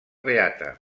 beata